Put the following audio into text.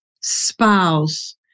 spouse